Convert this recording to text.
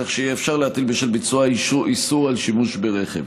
כך שיהיה אפשר להטיל בשל ביצועה איסור על שימוש ברכב.